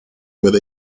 with